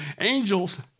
Angels